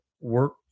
work